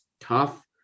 tough